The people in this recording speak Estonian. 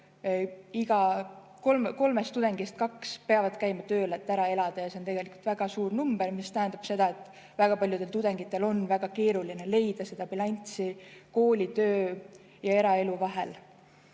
kolmest tudengist kaks peavad käima tööl, et ära elada. See on tegelikult väga suur number, mis tähendab seda, et väga paljudel tudengitel on keeruline leida balanssi koolitöö ja eraelu vahel.